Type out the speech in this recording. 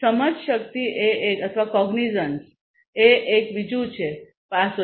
સમજશક્તિ એ એક બીજું છે